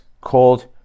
called